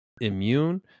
immune